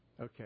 Okay